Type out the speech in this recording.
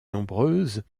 nombreuse